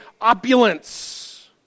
opulence